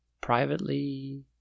privately